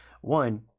One